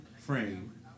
frame